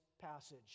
passage